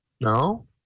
no